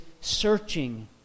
searching